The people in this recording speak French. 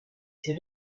ses